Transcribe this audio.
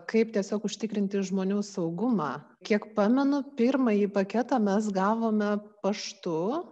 kaip tiesiog užtikrinti žmonių saugumą kiek pamenu pirmąjį paketą mes gavome paštu